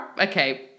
okay